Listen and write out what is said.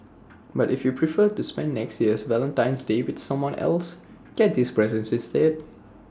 but if you prefer to spend next year's Valentine's day with someone else give these presents instead